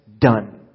done